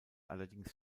allerdings